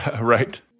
Right